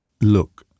Look